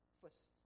first